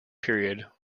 period